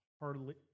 hardly